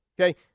Okay